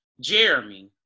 Jeremy